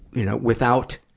you know, without